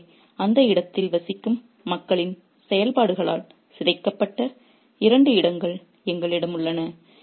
எனவே அந்த இடத்தில் வசிக்கும் மக்களின் செயல்பாடுகளால் சிதைக்கப்பட்ட இரண்டு இடங்கள் எங்களிடம் உள்ளன